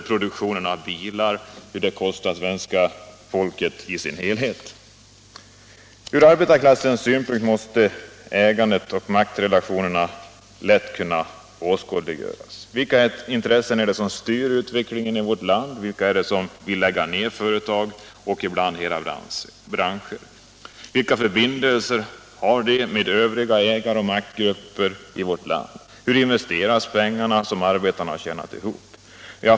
tillverkningen av bilar, kostar svenska folket. Från arbetarklassens synpunkt måste ägandet och maktrelationerna lätt kunna åskådliggöras. Vilka intressen är det som styr utvecklingen i vårt land? Vilka är det som vill lägga ned företag och ibland hela branscher? Vilka förbindelser har övriga ägaroch maktgrupper i vårt land? Hur investeras de pengar som arbetarna tjänar ihop?